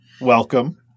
Welcome